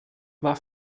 war